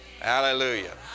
Hallelujah